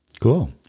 Cool